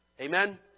Amen